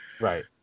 Right